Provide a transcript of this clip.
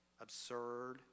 absurd